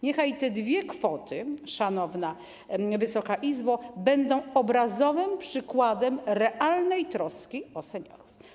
Niechaj te dwie kwoty, szanowna Wysoka Izbo, będą obrazowym przykładem realnej troski o seniorów.